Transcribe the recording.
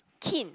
kin